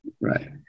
Right